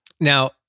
Now